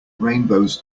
rainbows